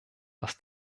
dass